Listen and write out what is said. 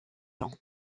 ans